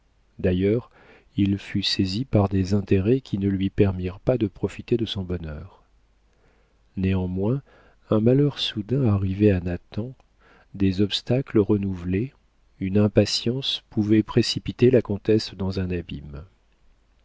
d'ailleurs il fut saisi par des intérêts qui ne lui permirent pas de profiter de son bonheur néanmoins un malheur soudain arrivé à nathan des obstacles renouvelés une impatience pouvaient précipiter la comtesse dans un abîme